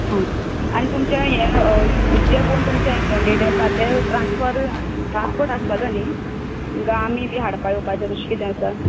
हा आनी तुमचें यें जे कोण तुमचे कॅडिडेट आसा ते ट्रान्सफर ट्रान्सपोर्ट आसतलो न्ही गा आमी बी हाडपाक येवपाचे तशें किद आसा